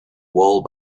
wall